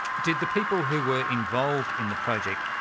did the people who were involved in the project,